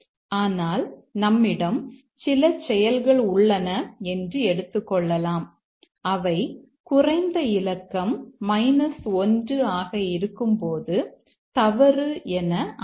ஆனால் நம்மிடம் சில செயல்கள் உள்ளன என்று எடுத்துக் கொள்ளலாம் அவை குறைந்த இலக்கம் 1 ஆக இருக்கும்போது தவறு என அமையும்